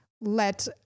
let